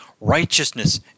righteousness